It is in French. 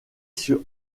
sur